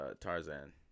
Tarzan